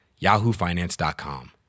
yahoofinance.com